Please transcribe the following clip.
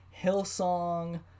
Hillsong